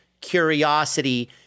curiosity